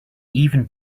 even